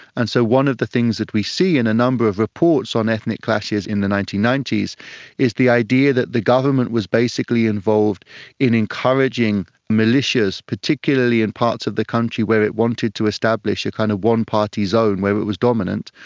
and so one of the things that we see in a number of reports on ethnic clashes in the nineteen ninety s is the idea that the government was basically involved in encouraging militias, particularly in parts of the country where it wanted to establish a kind of one-party zone where it was dominant,